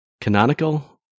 Canonical